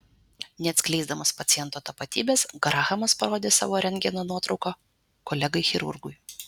neatskleisdamas paciento tapatybės grahamas parodė savo rentgeno nuotrauką kolegai chirurgui